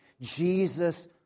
jesus